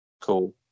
Cool